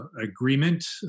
agreement